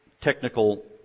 technical